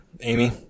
Amy